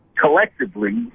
collectively